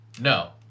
no